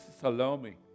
Salome